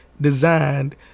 designed